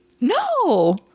No